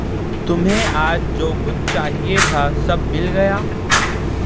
تمہیں آج جو کچھ چاہیے تھا سب مل گیا